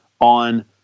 on